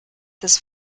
this